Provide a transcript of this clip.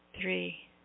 three